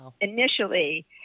initially